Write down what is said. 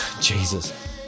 Jesus